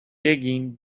digging